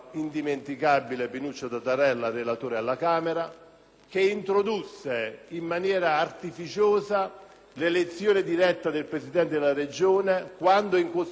che introdusse in maniera artificiosa l'elezione diretta del Presidente della Regione, laddove in Costituzione tale indicazione non era prevista.